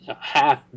half